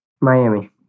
Miami